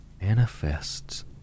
manifests